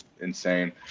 insane